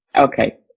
Okay